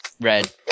Red